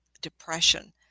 depression